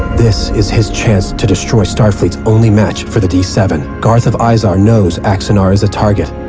this is his chance to destroy starfleet's only match for the d seven. garth of izar knows axanar is a target,